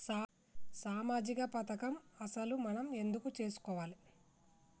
సామాజిక పథకం అసలు మనం ఎందుకు చేస్కోవాలే?